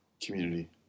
community